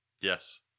Yes